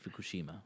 Fukushima